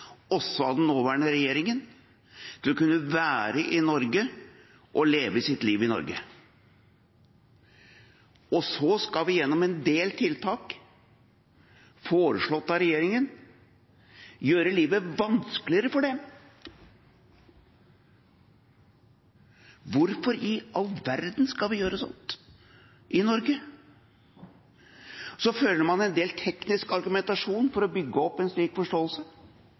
også av den nåværende regjeringen, for å kunne være i Norge og leve sitt liv i Norge. Og så skal vi gjennom en del tiltak, foreslått av regjeringen, gjøre livet vanskeligere for dem. Hvorfor i all verden skal vi gjøre sånt i Norge? Man fører attpåtil en del teknisk argumentasjon for å bygge opp en slik forståelse,